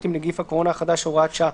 עם נגיף הקורונה החדש (הוראת שעה),